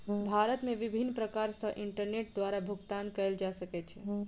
भारत मे विभिन्न प्रकार सॅ इंटरनेट द्वारा भुगतान कयल जा सकै छै